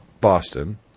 Boston